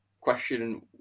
question